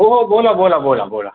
हो हो बोला बोला बोला बोला